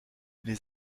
les